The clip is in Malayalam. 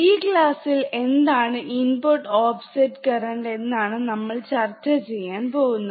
ഈ ക്ലാസ്സിൽ എന്താണ് ഇൻപുട് ഓഫസറ്റ് കറന്റ് എന്നാണ് നമ്മൾ ചർച്ച ചെയ്യാൻ പോകുന്നത്